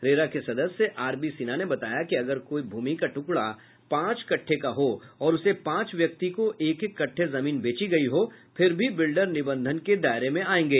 RERA के सदस्य आरबीसिन्हा ने बताया कि अगर कोई भूमि का ट्रकड़ा पांच कट्ठे का हो और उसे पांच व्यक्ति को एक एक कट्ठे जमीन बेची गयी हो फिर भी बिल्डर निबंधन के दायरे में आयेंगे